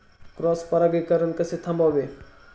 Cross परागीकरण कसे थांबवावे?